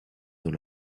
dans